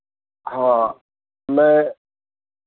हाँ मैं